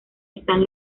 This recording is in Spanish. están